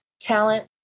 talent